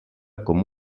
com